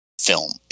film